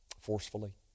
forcefully